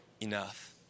enough